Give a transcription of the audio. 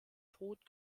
tod